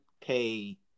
pay